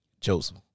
Joseph